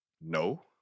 No